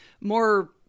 More